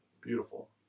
beautiful